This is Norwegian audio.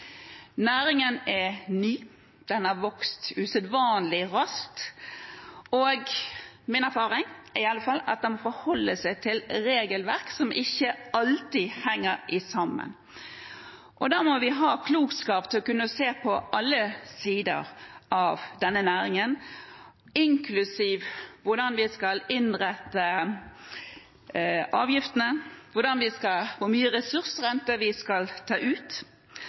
Næringen er ny, den har vokst usedvanlig raskt, og min erfaring er i alle fall at den forholder seg til regelverk som ikke alltid henger sammen. Da må vi ha klokskap til å kunne se på alle sider ved denne næringen, inklusiv hvordan vi skal innrette avgiftene, hvor mye ressursrente vi skal ta ut.